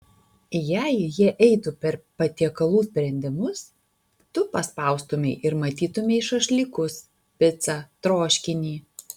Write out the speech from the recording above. jei jie eitų per patiekalų sprendimus tu paspaustumei ir matytumei šašlykus picą troškinį